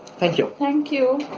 thank you. thank you.